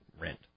rent